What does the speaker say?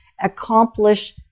Accomplish